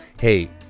Hey